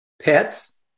pets